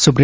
સુપ્રિ